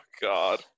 God